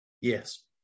Yes